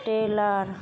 tailor